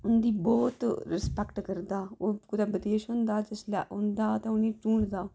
उंदी बहूत रिस्पेक्ट करदा ओह् कुतै बिदेश होंदा ते जिसलै औंदा ते उसलै उ'नेंगी टूढंदा